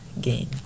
game